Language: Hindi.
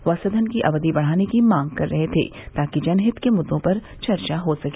वह सदन की अवधि बढ़ाने की मांग कर रहे थे ताकि जनहित के मुद्दों पर चर्चा हो सके